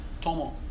Tomo